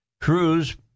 Cruz